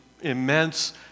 immense